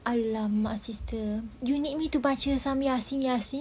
!alamak! sister you need me to baca some yassin yassin